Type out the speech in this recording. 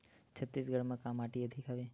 छत्तीसगढ़ म का माटी अधिक हवे?